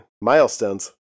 milestones